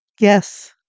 Yes